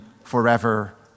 forever